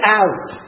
out